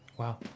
Wow